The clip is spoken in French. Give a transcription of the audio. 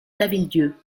lavilledieu